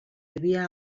havia